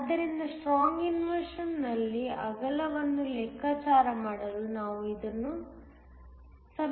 ಆದ್ದರಿಂದ strong inversion ನಲ್ಲಿ ಅಗಲವನ್ನು ಲೆಕ್ಕಾಚಾರ ಮಾಡಲು ನಾವು ಇದನ್ನು ಸಮೀಕರಿಸುತ್ತೇವೆ